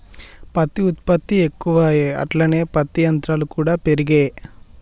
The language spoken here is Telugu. పత్తి ఉత్పత్తి ఎక్కువాయె అట్లనే పత్తి యంత్రాలు కూడా పెరిగే